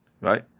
right